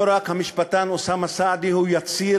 לא רק המשפטן אוסאמה סעדי הוא יציר